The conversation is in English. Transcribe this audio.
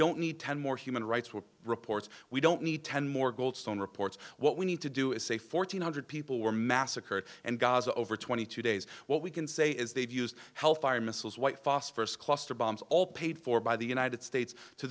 don't need ten more human rights were reports we don't need ten more goldstone reports what we need to do is say fourteen hundred people were massacred and gaza over twenty two days what we can say is they've used hellfire missiles white phosphorus cluster bombs all paid for by the united states to